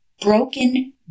broken